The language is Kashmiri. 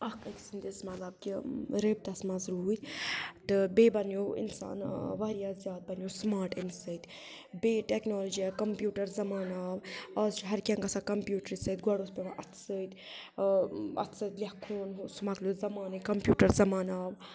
اَکھ أکۍ سٕنٛدس مطلب کہِ رٲبطس منٛز روٗدۍ تہٕ بیٚیہِ بنیو انسان واریاہ زیادٕ بنیو سُماٹ امہِ سۭتۍ بیٚیہِ ٹیکنالجی آیہِ کمپیوٗٹر زمانہٕ آو آز چھُ ہر کیٚنٛہہ گژھان کمپیوٗٹری سۭتۍ گۄڈٕ اوس پٮ۪وان اتھٕ سۭتۍ اتھٕ سۭتۍ لیٚکھُن سُہ مۄکلیو زمانَے کمپیوٗٹر زمانہٕ آو